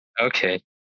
Okay